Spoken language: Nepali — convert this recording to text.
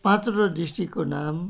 पाँचवटा डिस्ट्रिक्टकको नाम